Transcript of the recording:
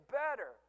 better